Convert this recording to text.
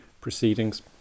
proceedings